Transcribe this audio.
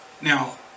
Now